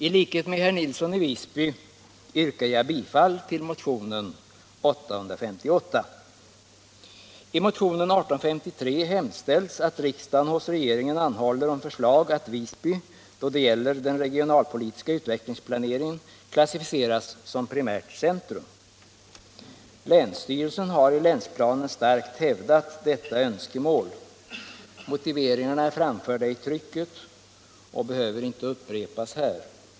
I motionen 1853 hemställs att riksdagen hos regeringen anhåller om förslag att Visby, då det gäller den regionalpolitiska utvecklingsplaneringen, klassificeras som primärt centrum. Länsstyrelsen har i länsplanen starkt hävdat detta önskemål. Motiveringarna är framförda i trycket och behöver inte upprepas här.